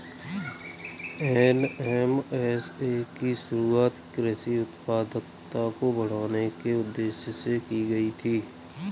NMSA की शुरुआत कृषि उत्पादकता को बढ़ाने के उदेश्य से की गई थी